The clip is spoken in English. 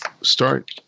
start